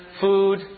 food